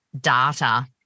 data